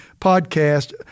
podcast